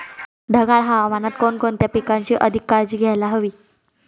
ढगाळ हवामानात कोणकोणत्या पिकांची अधिक काळजी घ्यायला हवी?